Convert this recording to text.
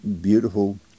beautiful